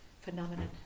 phenomenon